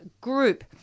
Group